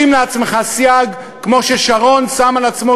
שים לעצמך סייג כמו ששרון שם לעצמו